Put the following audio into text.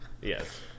Yes